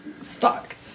stuck